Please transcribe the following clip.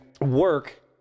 work